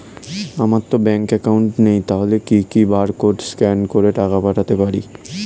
আমারতো bank account নেই তাহলে কি কি বারকোড স্ক্যান করে টাকা পাঠাতে পারি?